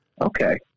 Okay